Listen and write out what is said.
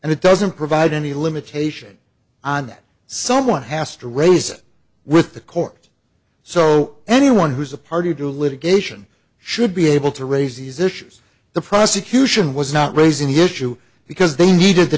and it doesn't provide any limitation on that someone has to raise it with the court so anyone who's a party to litigation should be able to raise these issues the prosecution was not raising the issue because they needed the